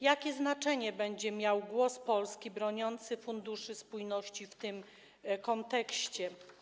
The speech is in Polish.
Jakie znaczenie będzie miał głos Polski broniący funduszy spójności w tym kontekście?